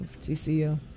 TCU